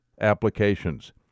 applications